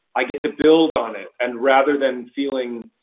i get to build on it, and rather than feeling,